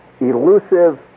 elusive